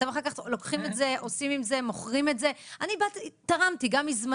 ואתם אחר כך מוכרים את זה; אני תרמתי גם מזמני,